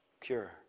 cure